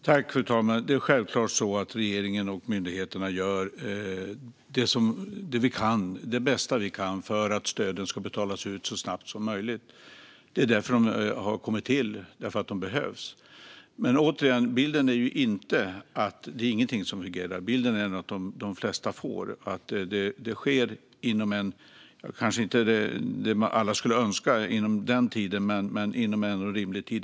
Fru talman! Självklart gör regeringen och myndigheterna det bästa vi kan för att stöden ska betalas ut så snabbt som möjligt. De har kommit till för att de behövs. Men återigen - bilden är inte att ingenting fungerar utan att de flesta ändå får sitt stöd, kanske inte inom den tid som alla skulle önska men ändå inom rimlig tid.